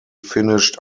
finished